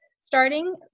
starting